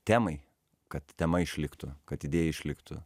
temai kad tema išliktų kad idėja išliktų